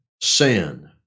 sin